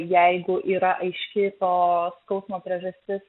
jeigu yra aiški to skausmo priežastis